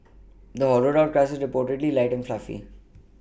the hollowed out crust is reportedly light and fluffy